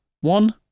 one